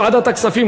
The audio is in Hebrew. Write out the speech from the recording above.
לוועדת הכספים,